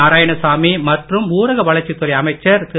நாராயணசாமி மற்றும் ஊரக வளர்ச்சி துறை அமைச்சர் திரு